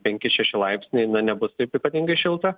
penki šeši laipsniai na nebus taip ypatingai šilta